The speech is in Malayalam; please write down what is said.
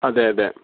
അതെയതെ